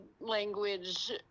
language